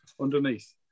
underneath